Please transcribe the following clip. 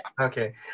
Okay